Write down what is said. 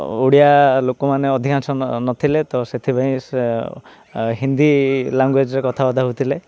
ଓଡ଼ିଆ ଲୋକମାନେ ଅଧିକାଂଶ ନଥିଲେ ତ ସେଥିପାଇଁ ସେ ହିନ୍ଦୀ ଲାଙ୍ଗୁଏଜ୍ରେ କଥାବାର୍ତ୍ତା ହଉଥିଲେ